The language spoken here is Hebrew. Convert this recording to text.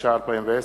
התש"ע 2010,